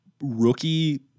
rookie